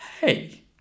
hey